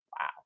Wow